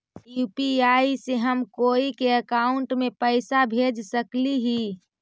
UPI से हम कोई के अकाउंट में पैसा भेज सकली ही?